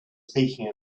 speaking